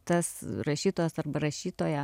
tas rašytojas arba rašytoja